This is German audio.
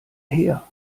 her